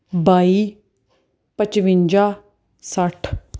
ਬਾਈ ਪਚਵੰਜਾ ਸੱਠ